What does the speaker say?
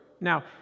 Now